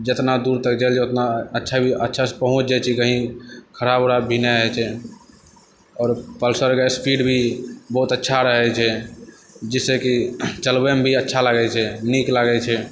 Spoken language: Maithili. जेतना दूर तक जाइ छै अच्छासँ पहुँच जाइ छी कहीं खराब उराब भी नहि होइ छै आओर पल्सरके स्पीड भी बहुत अच्छा रहै छै जाहिसँ कि चलबैमे भी अच्छा लागै छै नीक लागै छै